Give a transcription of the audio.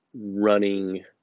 running